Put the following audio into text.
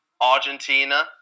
Argentina